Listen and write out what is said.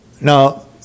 Now